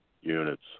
units